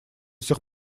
сих